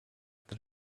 that